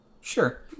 Sure